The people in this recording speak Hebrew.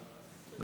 להעביר